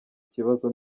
kibazo